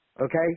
okay